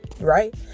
right